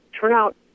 turnout